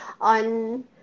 on